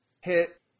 hit